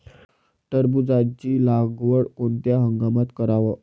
टरबूजाची लागवड कोनत्या हंगामात कराव?